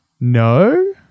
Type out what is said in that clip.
No